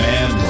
Man